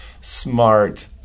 smart